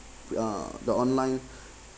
uh the online